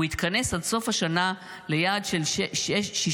הוא יתכנס עד סוף השנה ליעד של 6.6%,